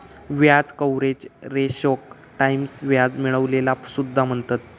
व्याज कव्हरेज रेशोक टाईम्स व्याज मिळविलेला सुद्धा म्हणतत